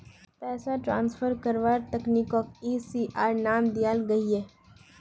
पैसाक ट्रान्सफर कारवार तकनीकोक ई.सी.एस नाम दियाल गहिये